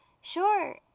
sure